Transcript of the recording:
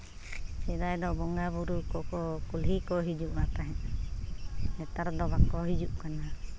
ᱥᱮᱫᱟᱭ ᱫᱚ ᱵᱚᱸᱜᱟᱼᱵᱩᱨᱩ ᱠᱚᱠᱚ ᱠᱩᱞᱦᱤ ᱠᱚ ᱦᱤᱡᱩᱜ ᱠᱟᱱ ᱛᱟᱦᱮᱸᱫ ᱱᱮᱛᱟᱨ ᱫᱚ ᱵᱟᱠᱚ ᱦᱤᱡᱩᱜ ᱠᱟᱱᱟ